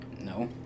No